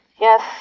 yes